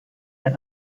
der